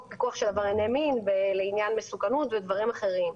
פיקוח על עברייני מין ולעניין מסוכנות ודברים אחרים.